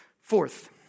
Fourth